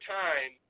time